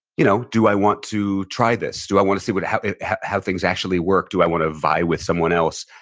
you know do i want to try this? do i wanna see but how how things actually work. do i wanna vie with someone else?